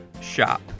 shop